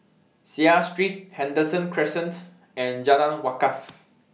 Seah Street Henderson Crescent and Jalan Wakaff